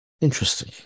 Interesting